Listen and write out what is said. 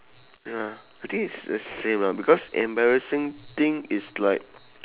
ya I think it's the same lah because embarrassing thing is like